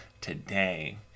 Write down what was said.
today